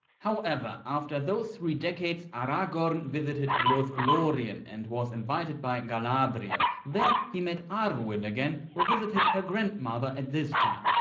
however after those three decades aragorn visited lothlorien and was invited by galadriel. there he met arwen again, who visited her grandmother at this time.